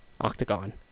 octagon